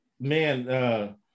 Man